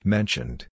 Mentioned